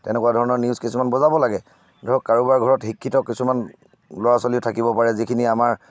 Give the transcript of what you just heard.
তেনেকুৱা ধৰণৰ নিউজ কিছুমান বজাব লাগে ধৰক কাৰোবাৰ ঘৰত শিক্ষিত কিছুমান ল'ৰা ছোৱালীও থাকিব পাৰে যিখিনি আমাৰ